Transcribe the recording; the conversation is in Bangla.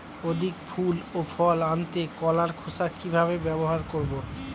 অধিক ফুল ও ফল আনতে কলার খোসা কিভাবে ব্যবহার করব?